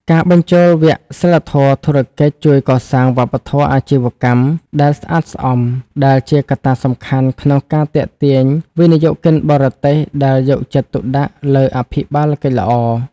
ការបញ្ចូលវគ្គសីលធម៌ធុរកិច្ចជួយកសាងវប្បធម៌អាជីវកម្មដែលស្អាតស្អំ ដែលជាកត្តាសំខាន់ក្នុងការទាក់ទាញវិនិយោគិនបរទេសដែលយកចិត្តទុកដាក់លើអភិបាលកិច្ចល្អ។